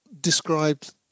Described